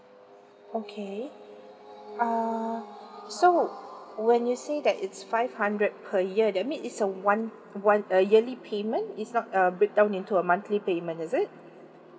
okay uh so when you say that it's five hundred per year that mean is a one one a yearly payment is not a breakdown into a monthly payment is it